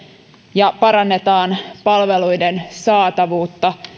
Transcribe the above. ja parannetaan palveluiden saatavuutta